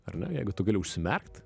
ar ne jeigu tu gali užsimerkt